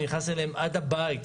אני נכנס אליהם עד הבית.